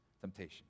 temptation